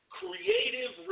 creative